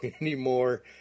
anymore